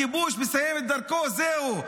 הכיבוש מסיים את דרכו, זהו.